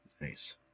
Nice